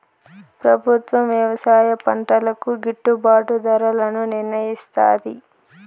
ప్రభుత్వం వ్యవసాయ పంటలకు గిట్టుభాటు ధరలను నిర్ణయిస్తాది